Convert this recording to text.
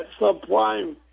subprime